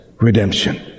redemption